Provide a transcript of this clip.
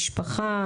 במשפחה,